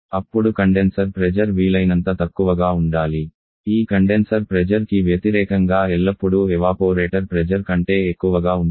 అప్పుడు condenser pressure వీలైనంత తక్కువగా ఉండాలి ఈ కండెన్సర్ ప్రెజర్ కి వ్యతిరేకంగా ఎల్లప్పుడూ ఎవాపోరేటర్ ప్రెజర్ కంటే ఎక్కువగా ఉంటుంది